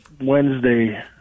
Wednesday